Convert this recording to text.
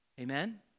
Amen